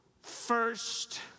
first